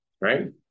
Right